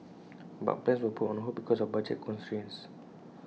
but plans were put on hold because of budget constraints